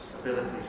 abilities